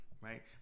right